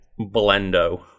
Blendo